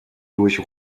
durch